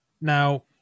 Now